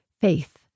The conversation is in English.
faith